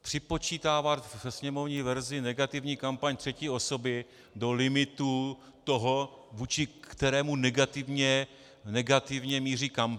Připočítávat ve sněmovní verzi negativní kampaň třetí osoby do limitů toho, vůči kterému negativně míří kampaň.